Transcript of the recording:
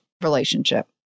relationship